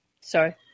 Sorry